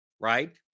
right